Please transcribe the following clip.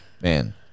man